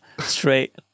straight